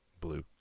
blue